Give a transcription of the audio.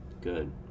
Good